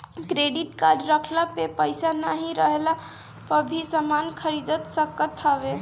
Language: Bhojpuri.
क्रेडिट कार्ड रखला पे पईसा नाइ रहला पअ भी समान खरीद सकत हवअ